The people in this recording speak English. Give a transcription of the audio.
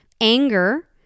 anger